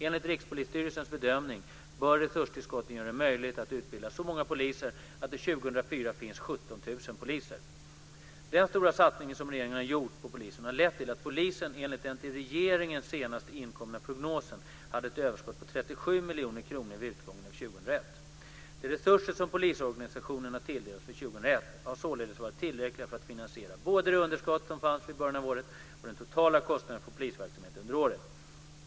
Enligt Rikspolisstyrelsens bedömning bör resurstillskotten göra det möjligt att utbilda så många poliser att det 2004 finns 17 000 poliser. Den stora satsning som regeringen har gjort på polisen har lett till att polisen enligt den till regeringen senast inkomna prognosen hade ett överskott på 37 De resurser som polisorganisationen har tilldelats för 2001 har således varit tillräckliga för att finansiera både det underskott som fanns vid början av året och den totala kostnaden för polisverksamheten under året.